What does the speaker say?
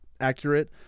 accurate